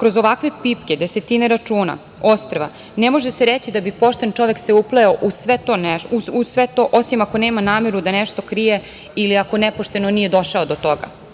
Kroz ovakve pipke, desetine računa, ostrva, ne može se reći da bi pošten čovek se upleo u sve to, osim ako nema nameru da nešto krije, ili ako nepošteno nije došao do toga. Ovom